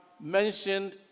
mentioned